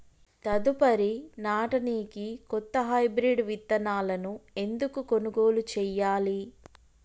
తదుపరి నాడనికి కొత్త హైబ్రిడ్ విత్తనాలను ఎందుకు కొనుగోలు చెయ్యాలి?